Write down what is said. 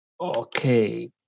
Okay